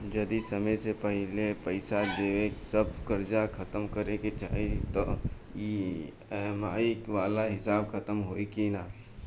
जदी समय से पहिले पईसा देके सब कर्जा खतम करे के चाही त ई.एम.आई वाला हिसाब खतम होइकी ना?